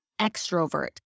extrovert